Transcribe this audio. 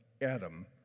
Adam